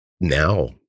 now